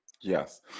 Yes